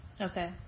Okay